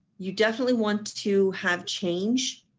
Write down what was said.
you definitely want to have change,